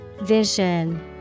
Vision